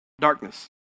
darkness